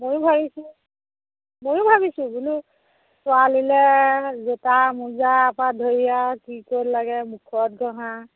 ময়ো ভাবিছোঁ ময়ো ভাবিছোঁ বোলো ছোৱালীলে জোতা মোজা পা ধৰি আৰু কি ক'ত লাগে মুখত ঘঁহা